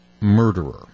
murderer